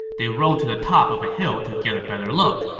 they rode to the top of a hill to get a better look,